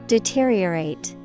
Deteriorate